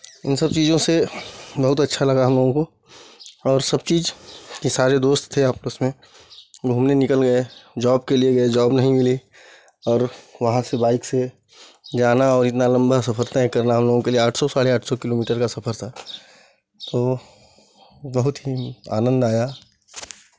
इन सब चीज़ों से बहुत अच्छा लगा हमलोगों को और सब चीज़ ये सारे दोस्त थे आपस में वो हमने निकल गए जॉब के लिए जॉब नहीं मिली और वहाँ से बाइक से जाना और इतना लम्बा सफ़र तय करना हमलोगों के लिए आठ सौ साढ़े आठ सौ किलोमीटर का सफ़र था तो वो बहुत ही आनन्द आया